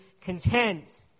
content